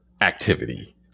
activity